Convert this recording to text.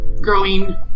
growing